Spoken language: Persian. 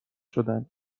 شدن